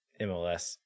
MLS